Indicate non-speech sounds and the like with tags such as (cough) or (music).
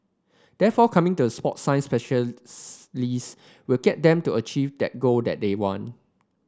therefore coming to the sport science (unintelligible) will get them to achieve that goal that they want